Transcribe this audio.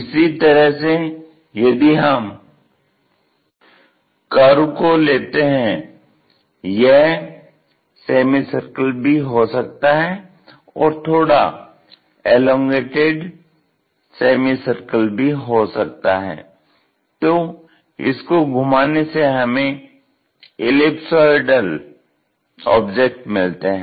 इसी तरह से यदि हम कर्व को लेते हैं यह सेमिसर्कल भी हो सकता है और थोड़ा एलोंगटेड सेमीसर्कल भी हो सकता है तो इसको घुमाने से हमें एलिपसॉयडल ऑब्जेक्ट मिलते हैं